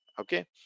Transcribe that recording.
Okay